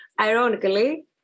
ironically